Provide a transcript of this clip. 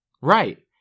right